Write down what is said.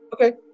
Okay